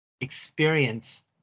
experience